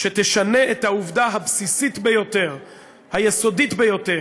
שתשנה את העובדה הבסיסית ביותר, היסודית ביותר,